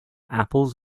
apples